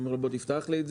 מבקש שיפתחו לך,